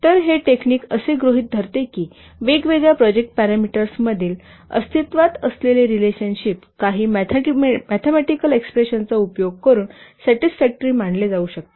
तर हे टेक्निक असे गृहीत धरते की वेगवेगळ्या प्रोजेक्ट पॅरामीटर्समधील अस्तित्त्वात असलेले रिलेशनशिप काही मॅथेमॅटिकल एक्सप्रेशनचा उपयोग करून सॅटिसफॅक्टरीपणे मांडले जाऊ शकते